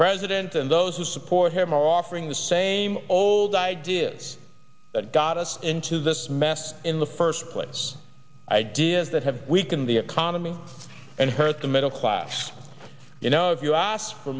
president and those who support him are offering the same old ideas that got us into this mess in the first place ideas that have weakened the economy and hurt the middle class you know if you asked for